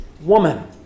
woman